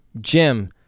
Jim